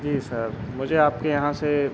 जी sir मुझे आपके यहाँ से